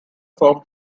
formed